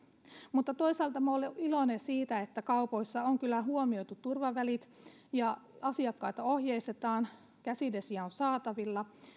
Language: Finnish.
mutta toisaalta minä olen iloinen siitä että kaupoissa on kyllä huomioitu turvavälit ja asiakkaita ohjeistetaan käsidesiä on saatavilla